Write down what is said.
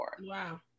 Wow